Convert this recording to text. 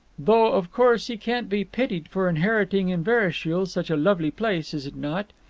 though of course he can't be pitied for inheriting inverashiel, such a lovely place, is it not?